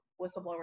whistleblower